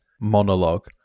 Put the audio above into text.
monologue